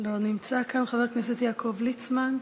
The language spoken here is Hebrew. לא נמצא כאן, חבר הכנסת יעקב ליצמן,